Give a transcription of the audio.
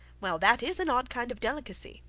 well that is an odd kind of delicacy!